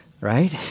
right